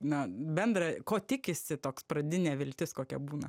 na bendra ko tikisi toks pradinė viltis kokia būna